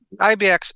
IBX